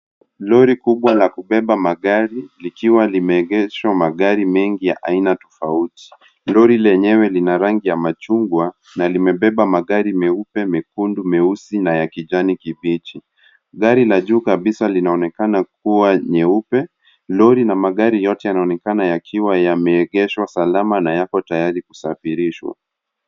Lori kubwa la kubeba magari nikiwa limeegeshwa magari mengi ya aina tofauti. Lori lenyewe lina rangi ya machungwa na limebeba magari meupe, mekundu, meusi na ya kijani kibichi. Gari la juu kabisa linaonekana kuwa nyeupe. Lori na magari yote yanaonekana yakiwa yameegeshwa salama na yako tayari kusafirishwa.